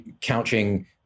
couching